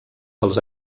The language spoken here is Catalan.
pels